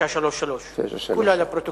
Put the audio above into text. צרפתי בצוואתו